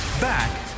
Back